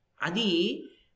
Adi